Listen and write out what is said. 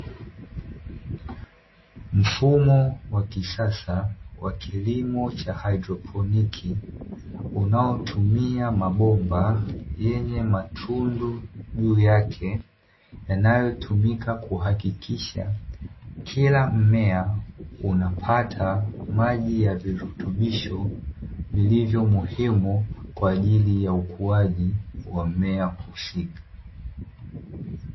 Mfumo wa kisasa wa kilimo cha haidroproni unaotumia mabomba yenye matundu juu yake, yanayotumika kuhakikisha kila mmea unapata maji ya virutubisho vilivyo muhimu kwa ajili ya ukuwaji wa mmea husika.